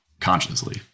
consciously